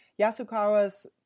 Yasukawa's